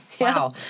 Wow